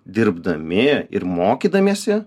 dirbdami ir mokydamiesi